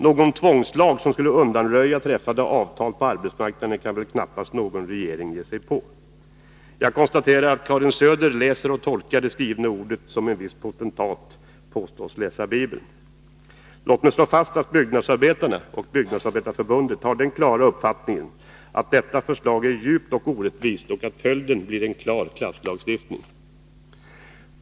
Någon tvångslag som skulle undanröja träffade avtal på arbetsmarknaden kan väl knappast någon regering ge sig på.” Jag konstaterar att Karin Söder läser och tolkar det skrivna ordet som en viss potentat påstås läsa Bibeln. Låt mig slå fast att byggnadsarbetarna och Byggnadsarbetareförbundet har den klara uppfattningen att detta förslag är djupt orättvist och att följden blir en klar klasslagstiftning.